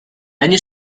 año